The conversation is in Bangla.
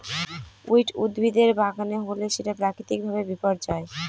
উইড উদ্ভিদের বাগানে হলে সেটা প্রাকৃতিক ভাবে বিপর্যয়